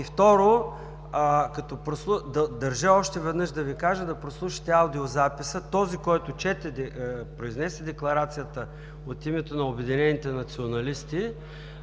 второ, държа още веднъж да Ви кажа да прослушате аудиозаписа. Този, който произнесе декларацията от името на обединените националисти